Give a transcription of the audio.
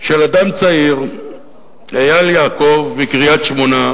של אדם צעיר, אייל יעקב מקריית-שמונה,